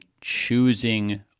choosing